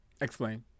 Explain